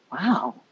Wow